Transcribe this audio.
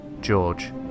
George